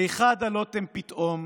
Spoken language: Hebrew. / איכה דלותם פתאום,